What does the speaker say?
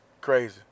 Crazy